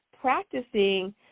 practicing